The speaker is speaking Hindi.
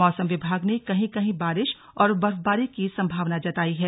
मौसम विभाग ने कहीं कहीं बारिश और बर्फबारी की संभावना जताई है